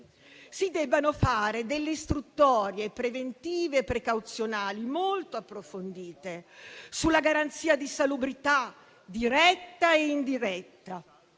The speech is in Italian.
si debbano fare delle istruttorie preventive e precauzionali molto approfondite sulla garanzia di salubrità diretta e indiretta,